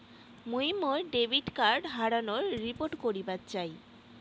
মুই মোর debit card হারানোর রিপোর্ট করিবার চাই